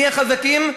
נהיה חזקים,